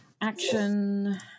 action